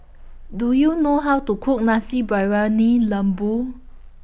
Do YOU know How to Cook Nasi Briyani Lembu